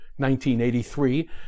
1983